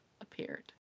appeared